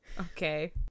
okay